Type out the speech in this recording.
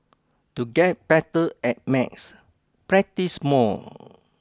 to get better at maths practise more